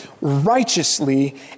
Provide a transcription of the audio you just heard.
righteously